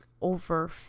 over